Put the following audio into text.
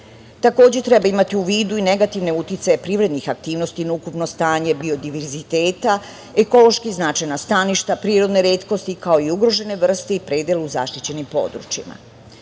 Takođe, treba imati u vidu i negativne uticaje privrednih aktivnosti na ukupno stanje biodiverziteta, ekološki značajna staništa, prirodne retkosti, kao i ugrožene vrste i predelu zaštićenim područjima. Moramo